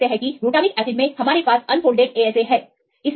तो आप देख सकते हैं कि ग्लूटैमिक एसिड मे हमारे पास अनफोल्डेड ASA है